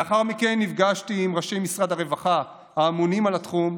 לאחר מכן נפגשתי עם ראשי משרד הרווחה האמונים על התחום,